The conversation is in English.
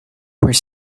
were